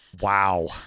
wow